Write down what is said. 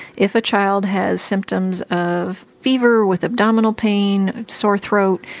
if a child has symptoms of fever with abdominal pain, sore throat,